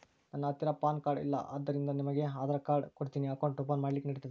ನನ್ನ ಹತ್ತಿರ PAN card ಇಲ್ಲ ಆದ್ದರಿಂದ ನಿಮಗೆ ನನ್ನ ಆಧಾರ್ ಕಾರ್ಡ್ ಕೊಡ್ತೇನಿ ಅಕೌಂಟ್ ಓಪನ್ ಮಾಡ್ಲಿಕ್ಕೆ ನಡಿತದಾ?